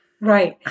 Right